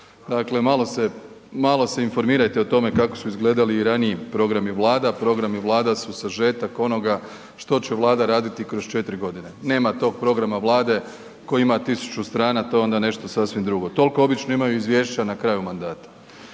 Dakle, malo se informirajte o tome kako su izgledali i raniji programi Vlada, programi Vlada su sažetak onoga što će Vlada raditi kroz 4 godine. Nema tog programa Vlade koji ima 1000 strana, to je onda nešto sasvim drugo, toliko obično imaju izvješća na kraju mandata.